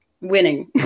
Winning